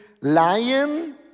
lion